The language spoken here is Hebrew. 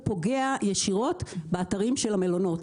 הוא פוגע ישירות באתרים של המלונות.